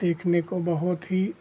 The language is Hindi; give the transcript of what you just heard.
देखने को बहुत ही